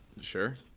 Sure